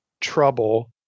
trouble –